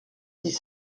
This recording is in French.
dix